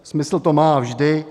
Smysl to má vždy.